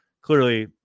clearly